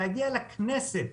להגיע לכנסת,